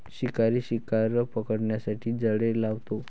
शिकारी शिकार पकडण्यासाठी जाळे लावतो